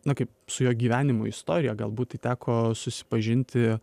na kaip su jo gyvenimo istorija galbūt tai teko susipažinti